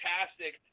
fantastic